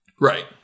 Right